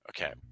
Okay